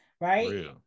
right